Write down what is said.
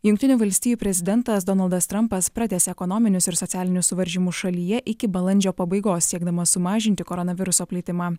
jungtinių valstijų prezidentas donaldas trampas pratęsė ekonominius ir socialinius suvaržymus šalyje iki balandžio pabaigos siekdamas sumažinti koronaviruso plitimą